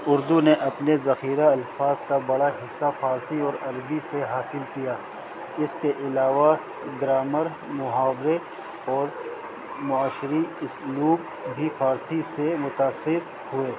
اردو نے اپنے ذخیرہ الفاظ کا بڑا حصہ فارسی اور عربی سے حاصل کیا اس کے علاوہ گرامر محاورے اور معاشرے اسلوق بھی فارسی سے متاثر ہوئے